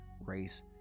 race